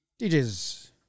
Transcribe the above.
DJ's